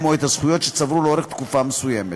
או את הזכויות שצברו לאורך תקופה מסוימת.